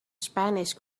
spanish